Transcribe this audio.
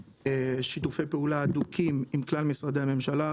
שרות התעסוקה מקיים שיתופי פעולה הדוקים עם כלל משרדי הממשלה,